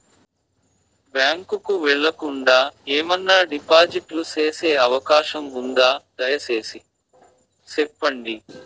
Bank కు వెళ్లకుండా, ఏమన్నా డిపాజిట్లు సేసే అవకాశం ఉందా, దయసేసి సెప్పండి?